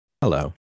Hello